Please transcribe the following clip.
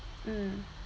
mm